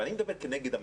אני מדבר כנגד המדיניות.